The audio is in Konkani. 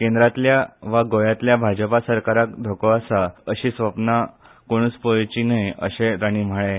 केंद्रांतल्या वा गोंयांतल्या भाजपा सरकाराक धोको आसा अशी सपनां कोणेच पळोवची न्हय अशें तांणी म्हळें